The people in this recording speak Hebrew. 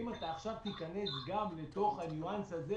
אם תיכנס עכשיו גם לתוך הניואנס הזה